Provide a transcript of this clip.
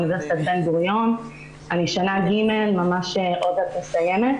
חמש שנים מסיום התואר.